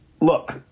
Look